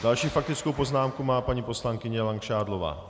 Další faktickou poznámku má paní poslankyně Langšádlová.